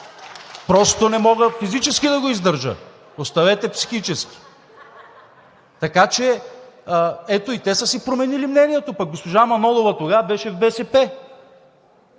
Просто не мога физически да го издържа, оставете психически. (Смях от ГЕРБ-СДС.) Ето и те са си променили мнението. Пък госпожа Манолова тогава беше в БСП,